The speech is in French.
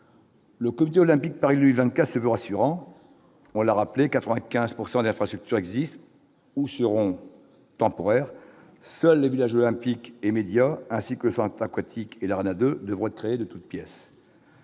Le comité olympique Paris 24, se veut rassurant : voilà rappelé 95 pourcent d'infrastructures existent ou seront temporaires, seul le village olympique et médias ainsi que 100 aquatique et l'Arena 2 devront être très de toute pièce.